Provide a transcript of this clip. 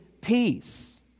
peace